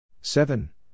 Seven